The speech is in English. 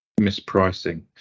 mispricing